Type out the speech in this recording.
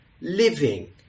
living